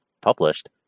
published